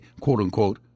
quote-unquote